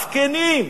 זקנים.